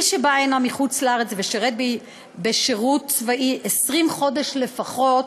מי שבא הנה מחוץ-לארץ ושירת שירות צבאי 20 חודש לפחות,